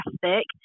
fantastic